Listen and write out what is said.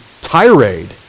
tirade